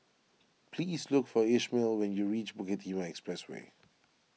please look for Ishmael when you reach Bukit Timah Expressway